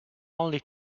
only